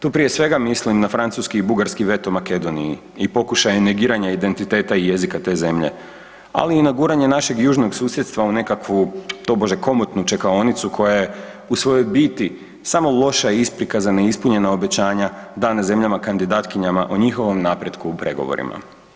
Tu prije svega mislim na francuski i bugarski veto Makedoniji i pokušaj negiranja identiteta i jezika te zemlje ali i na guranje našeg južnog susjedstva u nekakvu tobože komotnu čekaonicu koja je u svojoj biti samo loša isprika za neispunjena obećanja dana zemljama kandidatkinja o njihovom napretku u pregovorima.